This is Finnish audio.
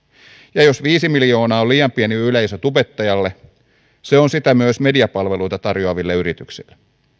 ja jos viisi miljoonaa on liian pieni yleisö tubettajalle se on sitä myös mediapalveluita tarjoaville yrityksille